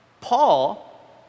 Paul